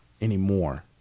anymore